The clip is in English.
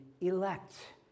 elect